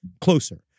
closer